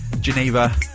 Geneva